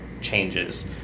changes